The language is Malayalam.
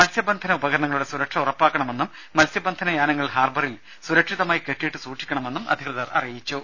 മത്സ്യബന്ധനഉപകരണങ്ങളുടെ സുരക്ഷ ഉറപ്പാക്കണമെന്നും മത്സ്യബന്ധനയാനങ്ങൾ ഹാർബറിൽ സുരക്ഷിതമായി കെട്ടിയിട്ട് സൂക്ഷിക്കണമെന്നും അധികൃതർ അറിയിച്ചു